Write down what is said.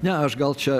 ne aš gal čia